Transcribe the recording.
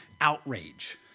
outrage